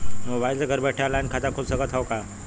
Mobile से घर बैठे ऑनलाइन खाता खुल सकत हव का?